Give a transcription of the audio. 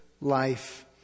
life